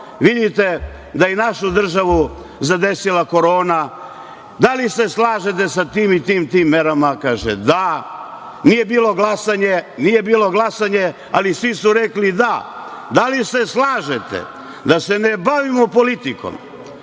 vidite da je i našu državu zadesila korona, da li se slažete sa tim, tim i tim merama, kaže – da. Nije bilo glasanja, ali svi su rekli – da. Da li se slažete da se ne bavimo politikom